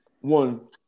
one